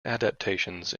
adaptations